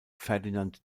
ferdinand